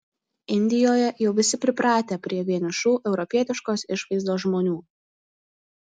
indijoje jau visi pripratę prie vienišų europietiškos išvaizdos žmonių